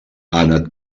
anat